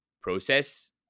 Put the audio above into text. process